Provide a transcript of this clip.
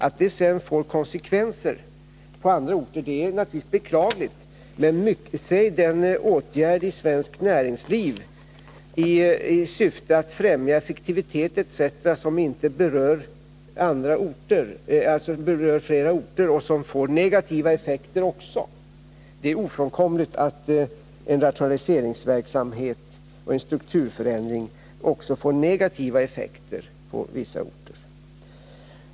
Att denna expansion får konsekvenser på andra orter är naturligtvis beklagligt, men säg den åtgärd inom svenskt näringsliv, i syfte att främja effektivitet etc., som inte berör flera orter och även ger negativa effekter. Det är ofrånkomligt att en rationaliseringsverksamhet och en strukturförändring också ger negativa effekter på vissa orter.